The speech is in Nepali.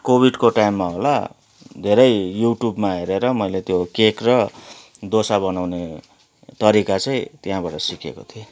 कोविडको टाइममा होला धेरै युट्युबमा हेरेर मैले त्यो केक र डोसा बनाउने तरिका चाहिँ त्यहाँबाट सिकेको थिएँ